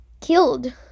killed